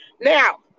Now